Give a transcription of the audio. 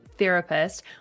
therapist